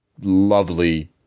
lovely